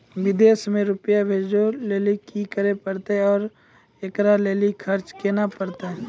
विदेश मे रुपिया भेजैय लेल कि करे परतै और एकरा लेल खर्च केना परतै?